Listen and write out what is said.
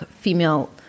female